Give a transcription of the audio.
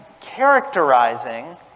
characterizing